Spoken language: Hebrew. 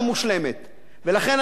ולכן אני אומר לכם כאן,